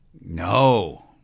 No